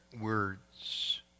words